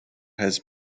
has